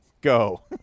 Go